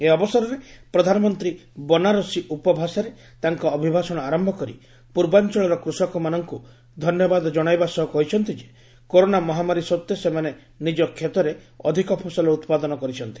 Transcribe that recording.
ଏହି ଅବସରରେ ପ୍ରଧାନମନ୍ତ୍ରୀ ବନାରସୀ ଉପଭାଷାରେ ତାଙ୍କ ଅଭିଭାଷଣ ଆରମ୍ଭ କରି ପୂର୍ବାଂଚଳର କୃଷକମାନଙ୍କୁ ଧନ୍ୟବାଦ କଶାଇବା ସହ କହିଛନ୍ତି ଯେ କରୋନା ମହାମାରୀ ସତ୍ୱେ ସେମାନେ ନିଜ କ୍ଷେତରେ ଅଧିକ ଫସଲ ଉତ୍ପାଦନ କରିଛନ୍ତି